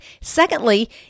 Secondly